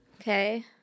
Okay